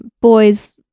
boys